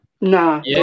Nah